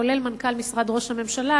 כולל מנכ"ל משרד ראש הממשלה,